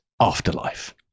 afterlife